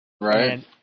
Right